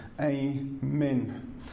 Amen